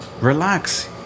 relax